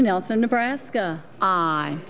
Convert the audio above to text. to nelson nebraska i